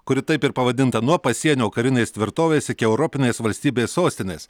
kuri taip ir pavadinta nuo pasienio karinės tvirtovės iki europinės valstybės sostinės